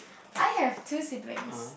I have two siblings